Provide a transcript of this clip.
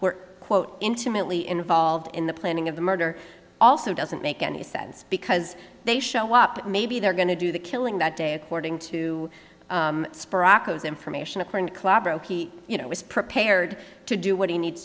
were quote intimately involved in the planning of the murder also doesn't make any sense because they show up maybe they're going to do the killing that day according to those information you know was prepared to do what he needs